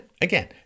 Again